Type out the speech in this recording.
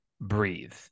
breathe